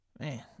man